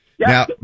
Now